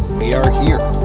we are here.